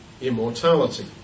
immortality